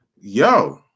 Yo